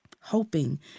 hoping